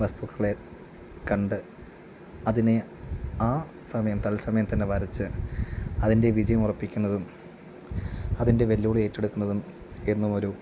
വസ്തുക്കളെ കണ്ട് അതിനെ ആ സമയം തത്സമയം തന്നെ വരച്ച് അതിൻ്റെ വിജയം ഉറപ്പിക്കുന്നതും അതിൻ്റെ വെല്ലുവിളി ഏറ്റെടുക്കുന്നതും എന്നുമൊരു